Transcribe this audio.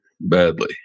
badly